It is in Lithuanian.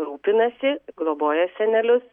rūpinasi globoja senelius